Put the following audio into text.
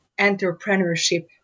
entrepreneurship